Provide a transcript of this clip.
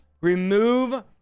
Remove